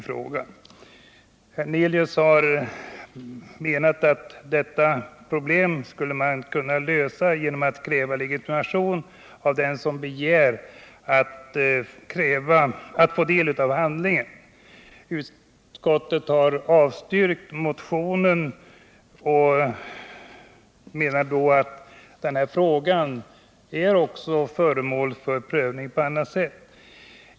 Herr Hernelius menar att man skulle kunna lösa detta problem genom att kräva legitimation av den som begär att få del av handlingen. Utskottet har avstyrkt motionen och framhåller att frågan är föremål för prövning på annat sätt.